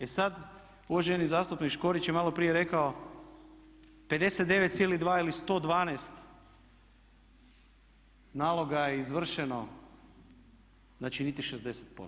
E sada, uvaženi zastupnik Škorić je malo prije rekao 59,2 ili 112 nalog je izvršeno, znači niti 60%